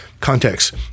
context